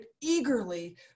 eagerly